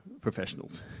professionals